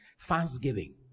Thanksgiving